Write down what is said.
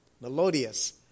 melodious